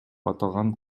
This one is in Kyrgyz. аталган